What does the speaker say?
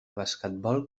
basquetbol